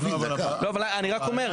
אבל אני רק אומר.